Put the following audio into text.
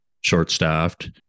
short-staffed